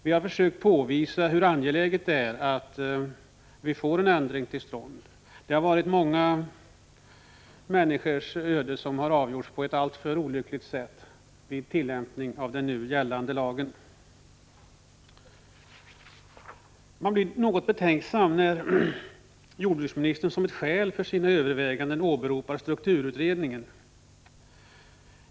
Vi har försökt påvisa hur angeläget det är att vi får en ändring till stånd. Många människors öde har avgjorts på ett olyckligt sätt vid tillämpningen av den nu gällande lagen. Jag blir något betänksam när jordbruksministern som ett skäl för sina överväganden åberopar strukturutredningen.